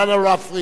נא לא להפריע.